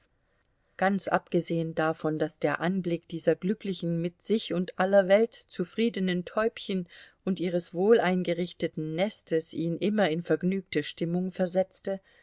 ganz abgesehen davon daß der anblick dieser glücklichen mit sich und aller welt zufriedenen täubchen und ihres wohleingerichteten nestes ihn immer in vergnügte stimmung versetzte